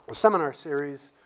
but seminar series